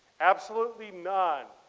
absolutely none.